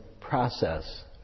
process